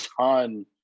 ton